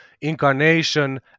incarnation